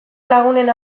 lagunen